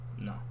No